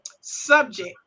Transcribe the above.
subject